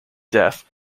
death